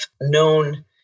known